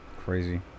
Crazy